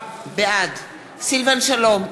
בעד סילבן שלום,